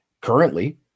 Currently